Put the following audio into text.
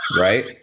right